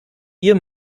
ihr